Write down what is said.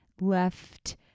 left